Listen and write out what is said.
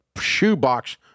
shoebox